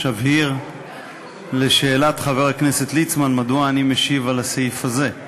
אבהיר לשאלת חבר הכנסת ליצמן מדוע אני משיב על הסעיף הזה,